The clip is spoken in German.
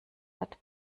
hat